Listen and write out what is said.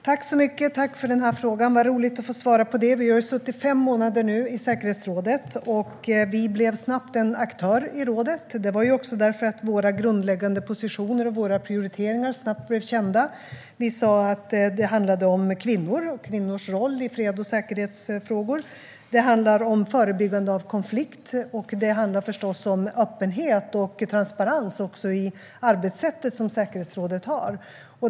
Herr talman! Jag tackar för frågan - vad roligt att få svara på den! Vi har nu suttit i säkerhetsrådet i fem månader, och vi blev snabbt en aktör i rådet. Det blev vi därför att våra grundläggande positioner och prioriteringar snabbt blev kända. Vi sa att det handlar om kvinnor och kvinnors roll i freds och säkerhetsfrågor, om förebyggande av konflikt och förstås om öppenhet och transparens också i det arbetssätt säkerhetsrådet har.